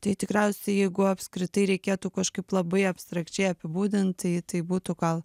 tai tikriausiai jeigu apskritai reikėtų kažkaip labai abstrakčiai apibūdint tai tai būtų gal